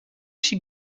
she